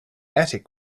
attic